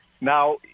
Now